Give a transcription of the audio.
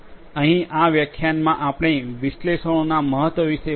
અહીં આ વ્યાખ્યાનમાં આપણે વિશ્લેષણોના મહત્વ વિશે વાત કરી